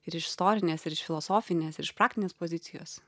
ir iš istorinės ir iš filosofinės ir iš praktinės pozicijos